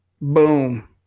boom